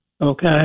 okay